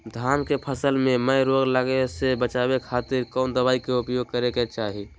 धान के फसल मैं रोग लगे से बचावे खातिर कौन दवाई के उपयोग करें क्या चाहि?